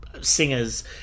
singers